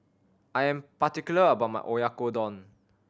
I am particular about my Oyakodon